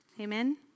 Amen